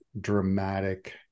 dramatic